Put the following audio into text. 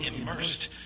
immersed